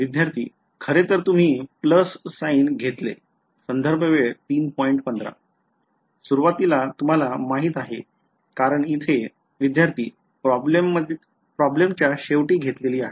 विध्यार्थी खरेतर तुम्ही घेतले सुरवातीला तुम्हाला माहीत आहे कारण इथे विध्यार्थी प्रॉब्लेमच्या शेवटी घेतलेली आहे